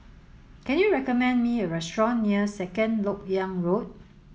can you recommend me a restaurant near Second Lok Yang Road